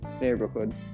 neighborhood